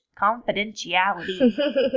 confidentiality